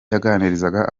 yaganirizaga